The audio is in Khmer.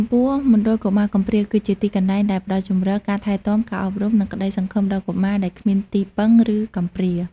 ចំពោះមណ្ឌលកុមារកំព្រា គឺជាទីកន្លែងដែលផ្ដល់ជំរក ការថែទាំ ការអប់រំ និងក្ដីសង្ឃឹមដល់កុមារដែលគ្មានទីពឹង ឬកំព្រា។